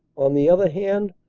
on the other hand,